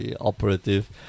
operative